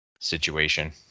situation